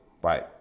Bye